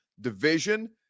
division